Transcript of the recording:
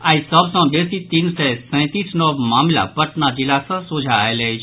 आइ सभ सॅ बेसी तीन सय सैंतीस नव मामिला पटना जिला सॅ सोझा आयल अछि